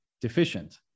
deficient